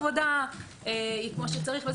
היא כמו שצריך,